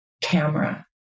camera